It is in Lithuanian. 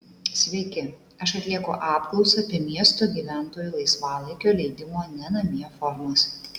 sveiki aš atlieku apklausą apie miesto gyventojų laisvalaikio leidimo ne namie formas